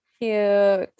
Cute